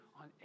on